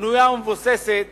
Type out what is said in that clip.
בנויה ומבוססת